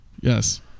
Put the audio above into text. Yes